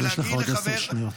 יש לך עוד עשר שניות.